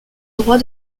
droit